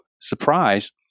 surprise